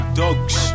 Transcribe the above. dogs